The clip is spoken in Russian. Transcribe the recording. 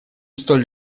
столь